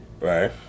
right